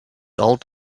old